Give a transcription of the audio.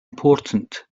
important